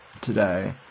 today